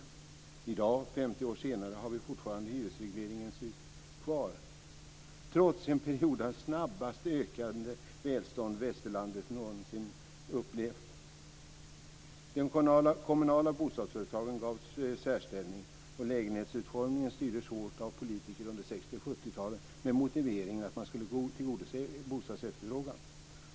I dag, 50 år senare, har vi fortfarande hyresregleringen kvar trots en period av det snabbast ökande välstånd västerlandet någonsin upplevt. De kommunala bostadsföretagen gavs en särställning, och lägenhetsutformningen styrdes hårt av politiker under 60 och 70-talen med motiveringen att man skulle tillgodose bostadsefterfrågan.